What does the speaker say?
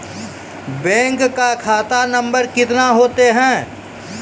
Bank का खाता number कितने होते हैं?